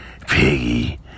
piggy